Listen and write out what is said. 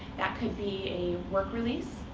that could be a work release.